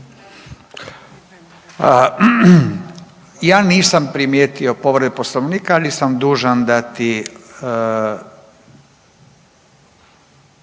Ja nisam primijetio povredu Poslovnika, ali sam dužan dati